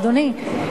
אדוני.